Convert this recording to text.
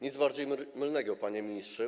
Nic bardziej mylnego, panie ministrze.